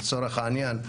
לצורך העניין,